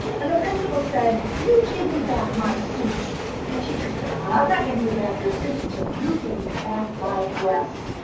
and the principal said, you give me back my suit. and the teacher said, ah i'm not giving you back your suit until you give me back my dress.